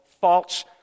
false